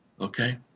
okay